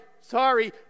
sorry